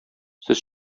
сез